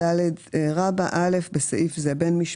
ממש